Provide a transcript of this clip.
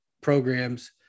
programs